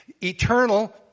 Eternal